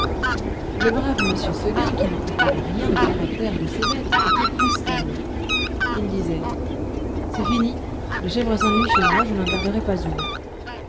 le brave m seguin qui ne comprenait rien au caractère de ses bêtes était consterné il disait c'est fini les chèvres s'ennuient chez moi je n'en garderai pas une